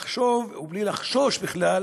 לחשוב ובלי לחשוש בכלל